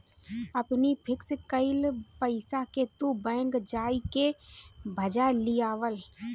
अपनी फिक्स कईल पईसा के तू बैंक जाई के भजा लियावअ